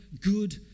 good